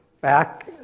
back